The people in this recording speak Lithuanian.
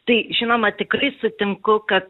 tai žinoma tikrai sutinku kad